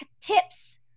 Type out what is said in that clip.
tips